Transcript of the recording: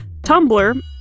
.tumblr